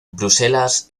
bruselas